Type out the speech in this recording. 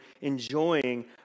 enjoying